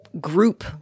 group